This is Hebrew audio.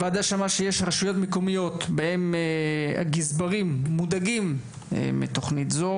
הוועדה שמעה שיש רשויות מקומיות בהם הגזברים מודאגים מתוכנית זו,